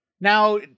Now